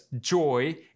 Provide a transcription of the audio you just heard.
joy